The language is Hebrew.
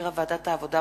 שהחזירה ועדת העבודה,